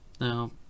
Now